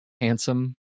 Handsome